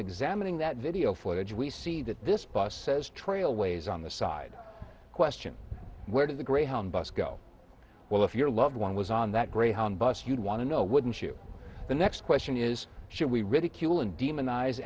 examining that video footage we see that this bus says trailways on the side question where does a greyhound bus go well if your loved one was on that greyhound bus you'd want to know wouldn't you the next question is should we ridicule and demonize